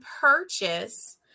purchase